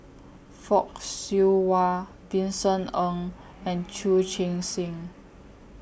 Fock Siew Wah Vincent Ng and Chu Chee Seng